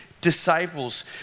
disciples